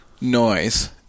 noise